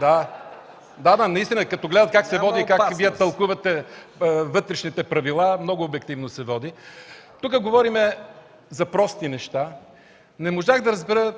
Да, наистина като гледат как се води и как Вие тълкувате Вътрешните правила, много обективно се води. Тук говорим за прости неща. Не можах да разбера, може